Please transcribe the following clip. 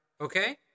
Okay